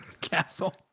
castle